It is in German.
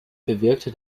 bewirkte